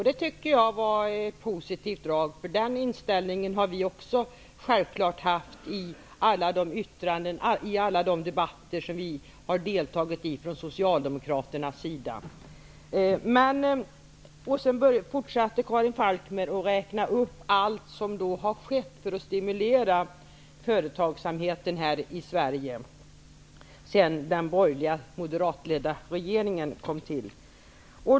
Det tycker jag var ett positivt drag, för den inställningen har också vi självklart haft i alla de debatter som vi från socialdemokratisk sida har deltagit i. Karin Falkmer fortsatte med att räkna upp allt som har gjorts för att stimulera företagsamheten i Sverige sedan den borgerliga, moderatledda regeringen kom till.